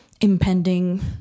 impending